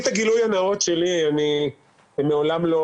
גילוי נאות, מעולם לא